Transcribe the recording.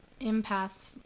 empaths